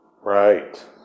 Right